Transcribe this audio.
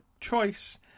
Choice